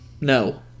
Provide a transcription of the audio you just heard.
no